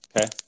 Okay